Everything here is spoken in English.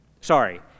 sorry